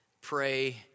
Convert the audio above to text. pray